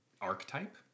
archetype